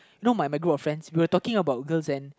no my my group of friend we were talking about girls and